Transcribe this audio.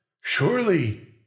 Surely